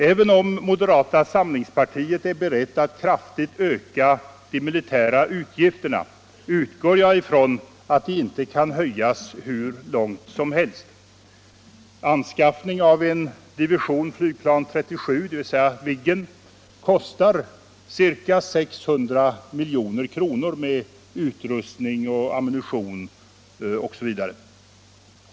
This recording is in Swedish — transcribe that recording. Även om moderata samlingspartiet är berett att kraftigt öka de militära utgifterna, utgår jag från att dessa inte kan höjas hur långt som helst. Anskaffning av en division Flygplan 37 — dvs. Viggen — kostar ca 600 milj.kr. med upprustning, ammunition osv.